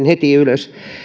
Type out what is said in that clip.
heti ylös